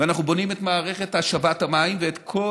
ואנחנו בונים את מערכת השבת המים ואת כל